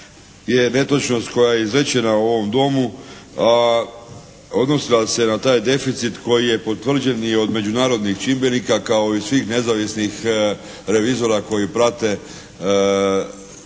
je netočnost koja je izrečena u ovom Domu odnosila se na taj deficit koji je potvrđen i od međunarodnih čimbenika kao i svih nezavisnih revizora koji prate događanja